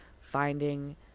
finding